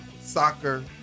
soccer